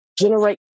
generate